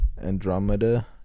andromeda